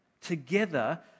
together